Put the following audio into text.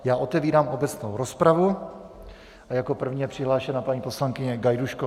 Já otevírám obecnou rozpravu a jako první je přihlášena paní poslankyně Gajdůšková.